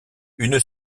une